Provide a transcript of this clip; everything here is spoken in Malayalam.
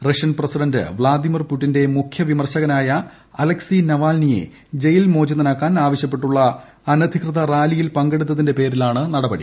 റഷ്യൻ പ്രസിഡന്റ് വ്ളാദിമിർ പുടിന്റെ മുഖ്യവിമർശകനായ അലക്സി നവാൽനിയെ ജയിൽ മോചിതനാക്കാൻ ആവശ്യപ്പെട്ടുള്ള അനധികൃത റാലിയിൽ പങ്കെടുത്തിന്റെ പേരിലാണ് നടപടി